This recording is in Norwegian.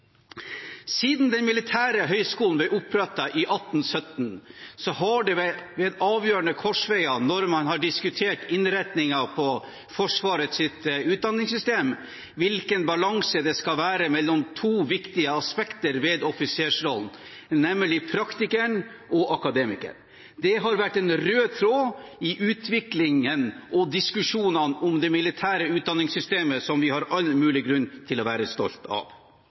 Siden Den militære høyskolen ble opprettet i 1817, har ved avgjørende korsveier det at man har diskutert innretningen på Forsvarets utdanningssystem, hvilken balanse det skal være mellom to viktige aspekter ved offisersrollen, nemlig praktikeren og akademikeren, vært en rød tråd i utviklingen og diskusjonene om det militære utdanningssystemet, som vi har all mulig grunn til å være stolt av.